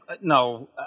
No